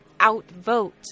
outvote